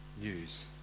news